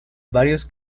varios